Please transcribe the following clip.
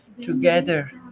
Together